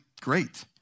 great